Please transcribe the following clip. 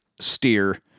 steer